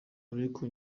ariko